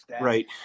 Right